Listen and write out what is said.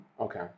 Okay